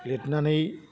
लिरनानै